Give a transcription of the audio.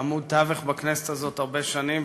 עמוד תווך בכנסת הזאת הרבה שנים,